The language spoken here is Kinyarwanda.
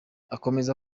akomeza